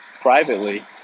privately